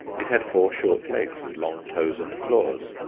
it had four short legs with long toes and claws.